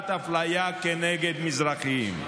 מתבצעת אפליה כנגד מזרחים.